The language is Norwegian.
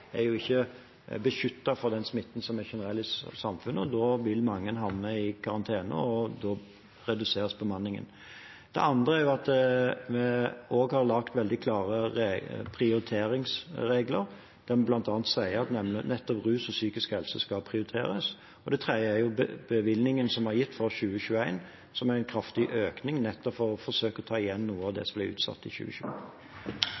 da vil mange havne i karantene, og da reduseres bemanningen. Det andre er at vi også har laget klare prioriteringsregler, som bl.a. sier at nettopp rus og psykisk helse skal prioriteres. Det tredje er bevilgningen som er gitt fra 2021, som er en kraftig økning nettopp for å forsøke å ta igjen noe av